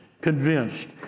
convinced